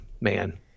man